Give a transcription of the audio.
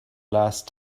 last